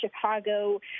Chicago